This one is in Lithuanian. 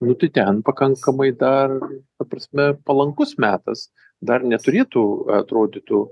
nu tai ten pakankamai dar ta prasme palankus metas dar neturėtų atrodytų